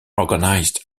organized